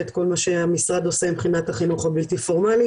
את כל מה שהמשרד עושה מבחינת החינוך הבלתי פורמלי,